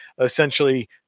essentially